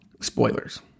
spoilers